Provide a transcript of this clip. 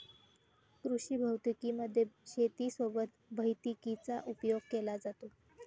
कृषी भौतिकी मध्ये शेती सोबत भैतिकीचा उपयोग केला जातो